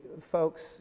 folks